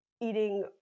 eating